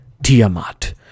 Tiamat